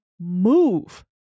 move